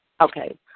Okay